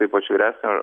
ypač vyresnio